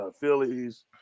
Phillies